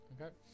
Okay